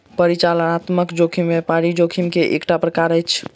परिचालनात्मक जोखिम व्यापारिक जोखिम के एकटा प्रकार अछि